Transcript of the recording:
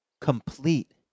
complete